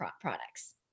products